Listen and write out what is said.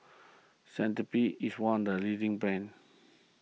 Cetrimide is one of the leading brands